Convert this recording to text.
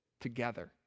together